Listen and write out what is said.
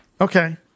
Okay